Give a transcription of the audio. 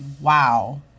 Wow